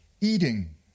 eating